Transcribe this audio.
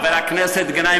חבר הכנסת גנאים,